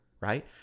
right